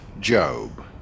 Job